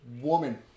woman